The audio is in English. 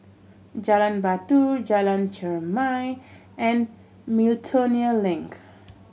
Jalan Batu Jalan Chermai and Miltonia Link